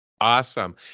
Awesome